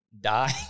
die